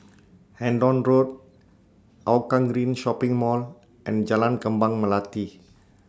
Hendon Road Hougang Green Shopping Mall and Jalan Kembang Melati